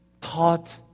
taught